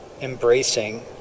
embracing